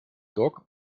dock